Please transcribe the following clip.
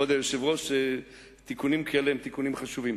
כבוד היושב-ראש, תיקונים כאלה הם תיקונים חשובים.